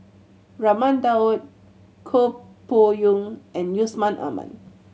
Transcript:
Raman Daud Koh Poh Koon and Yusman Aman